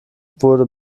wurde